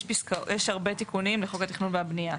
יש הרבה תיקונים לחוק התכנון והבנייה.